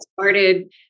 started